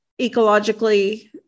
ecologically